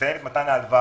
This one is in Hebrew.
לסיים את מתן ההלוואה.